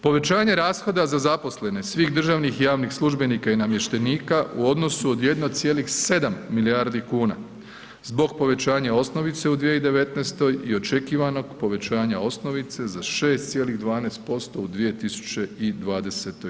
Povećanja rashoda za zaposlene svih državnih i javnih službenika i namještenika u odnosu od 1,7 milijardi kuna zbog povećanja osnovice u 2019. i očekivanog povećanja osnovice za 6,12% u 2020.